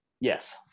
Yes